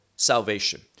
salvation